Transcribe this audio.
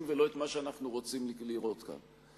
ולא את מה שאנחנו רוצים לראות כאן.